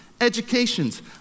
educations